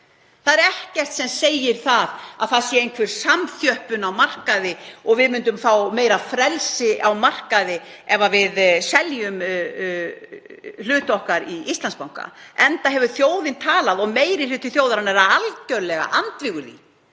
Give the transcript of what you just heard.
Það er ekkert sem segir að það sé einhver samþjöppun á markaði og við myndum fá meira frelsi á markaði ef við seldum hlut okkar í Íslandsbanka, enda hefur þjóðin talað og meiri hluti þjóðarinnar er algjörlega andvígur því